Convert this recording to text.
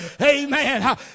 amen